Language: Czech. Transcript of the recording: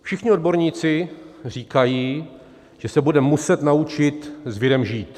Všichni odborníci říkají, že se budeme muset naučit s virem žít.